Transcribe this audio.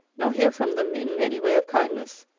nor hear from them in any way of kindness.